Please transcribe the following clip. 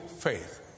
faith